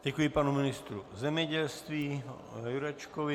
Děkuji panu ministru zemědělství Jurečkovi.